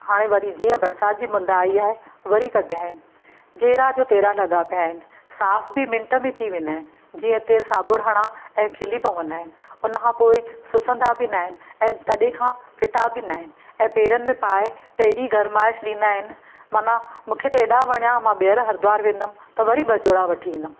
हाणे वरी जीअं बरसाति जी मुंद आइ आहे वरी कढिया आहिनि जेड़ा जो तेड़ा लॻा पिया आहिनि साफ़ बि मिंट में थी वेंदा आहिनि जीअं तुर साबुण हणा ऐं खिली पवंदा आहिनि उन खां पोइ सुसंदा बि न आहिनि ऐं तॾहिं खां फिटा बि न आहिनि ऐं पेरनि में पाए त एॾी गरमाइश ॾींदा आहिनि माना मूंखे त एॾा वणिया मां ॿीहर हरिद्वार वेंदमि त वरी ॿ जोड़ा वठी ईंदमि